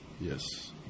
Yes